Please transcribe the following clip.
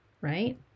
right